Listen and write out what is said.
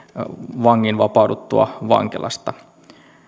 vangin vapauduttua vankilasta